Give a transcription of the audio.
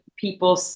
people